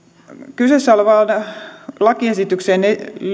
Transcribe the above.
kyseessä olevaan lakiesitykseen